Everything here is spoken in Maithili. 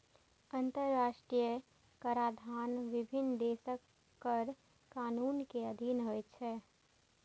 अंतरराष्ट्रीय कराधान विभिन्न देशक कर कानून के अधीन होइ छै